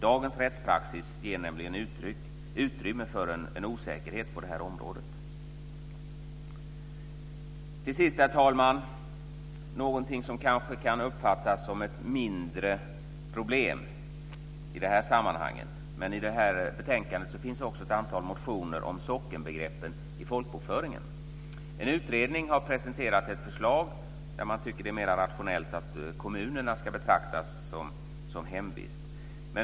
Dagens rättspraxis ger nämligen utrymme för en osäkerhet på det området. Herr talman! Till sist vill jag ta upp något som kanske kan uppfattas som ett mindre problem i det här sammanhanget. I det här betänkandet finns ett antal motioner om sockenbegreppet i folkbokföringen. En utredning har presenterat ett förslag där man tycker att det är mer rationellt att kommunerna ska betraktas som hemvist.